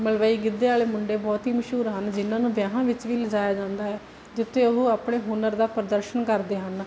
ਮਲਵਈ ਗਿੱਧੇ ਵਾਲੇ ਮੁੰਡੇ ਬਹੁਤ ਹੀ ਮਸ਼ਹੂਰ ਹਨ ਜਿਹਨਾਂ ਨੂੰ ਵਿਆਹਾਂ ਵਿੱਚ ਵੀ ਲਿਜਾਇਆ ਜਾਂਦਾ ਹੈ ਜਿੱਥੇ ਉਹ ਆਪਣੇ ਹੁਨਰ ਦਾ ਪ੍ਰਦਰਸ਼ਨ ਕਰਦੇ ਹਨ